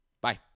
Bye